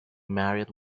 married